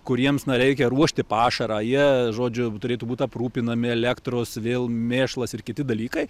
kuriems na reikia ruošti pašarą jie žodžiu turėtų būt aprūpinami elektros vėl mėšlas ir kiti dalykai